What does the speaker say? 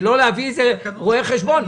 ולא להביא איזה רואה חשבון.